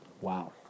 wow